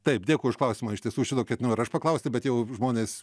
taip dėkui už klausimą iš tiesų šito ketinau ir aš paklausti bet jau žmonės